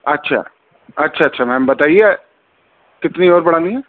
اچھا اچھا اچھا میم بتائیے کتنی اور بڑھانی ہے